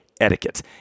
Etiquette